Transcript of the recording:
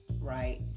right